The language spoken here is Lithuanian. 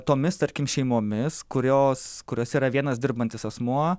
tomis tarkim šeimomis kurios kuriose yra vienas dirbantis asmuo